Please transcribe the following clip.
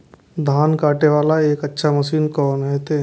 धान कटे वाला एक अच्छा मशीन कोन है ते?